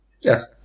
Yes